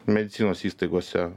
medicinos įstaigose